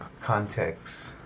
context